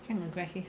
将 aggressive